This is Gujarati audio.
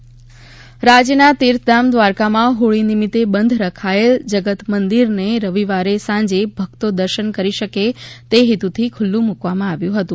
ધળેટી પર્વ રાજ્યના તીર્થધામ દ્વારકામાં હોળી નિમિત્તે બંધ રખાયેલ જગતમંદિરને રવિવારે સાંજે ભક્તો દર્શન કરી શકે તે હેતુથી ખુલ્લુ મૂકવામાં આવ્યું હતું